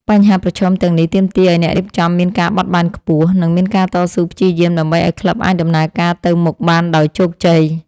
បញ្ហាប្រឈមទាំងនេះទាមទារឱ្យអ្នករៀបចំមានការបត់បែនខ្ពស់ និងមានការតស៊ូព្យាយាមដើម្បីឱ្យក្លឹបអាចដំណើរការទៅមុខបានដោយជោគជ័យ។